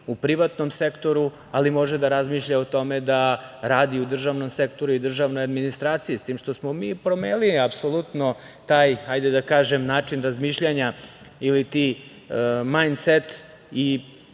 u privatnom sektoru, ali može i da razmišlja o tome da radi u državnom sektoru i državnoj administraciji, s tim što smo mi promenili apsolutno taj, hajde da kažem, način razmišljanja ili ti „majn set“ i